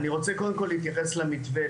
אני רוצה קודם כל להתייחס למתווה,